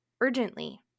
urgently